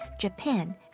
Japan